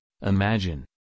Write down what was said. imagine